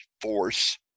force